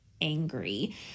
angry